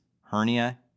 hernia